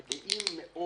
אנחנו גאים מאוד